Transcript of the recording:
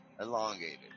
elongated